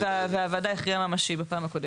והוועדה הכריעה "ממשי" בפעם הקודמת.